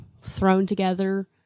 thrown-together